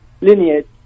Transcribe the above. lineage